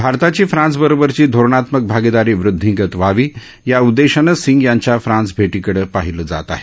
भारताची फ्रान्सबरोबरची धोरणात्मक भागीदारी वृद्धींगत व्हावी या उद्देशानं सिंग यांच्या फ्रान्स भेटीकडं पाहिलं जात आहे